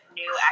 new